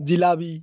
jalebi